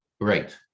right